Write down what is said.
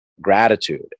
Gratitude